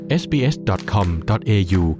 sbs.com.au